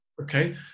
Okay